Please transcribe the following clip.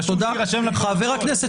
חבר הכנסת